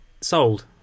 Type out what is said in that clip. sold